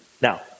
Now